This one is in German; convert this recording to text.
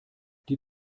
die